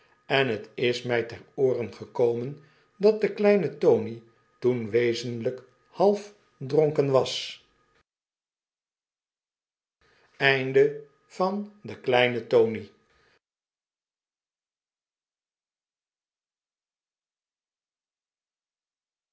en het is my ter ooren gekomen dat de kleine tony toen wezenlyk half dronken was